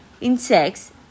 insects